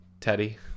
Teddy